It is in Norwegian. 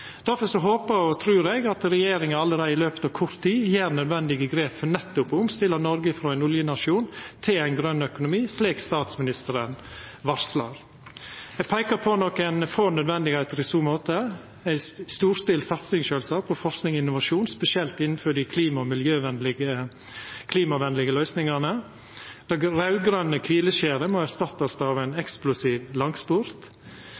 og trur eg at regjeringa allereie i løpet av kort tid tek nødvendige grep for nettopp å omstilla Noreg frå ein oljenasjon til ein grøn økonomi, slik statsministeren varslar. Eg peiker på nokre få nødvendigheiter i så måte. Me må ha ei storstilt satsing, sjølvsagt, på forsking og innovasjon, spesielt innanfor dei klimavenlege løysingane – det raud-grøne kvileskjeret må erstattast av ein